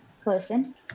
person